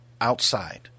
outside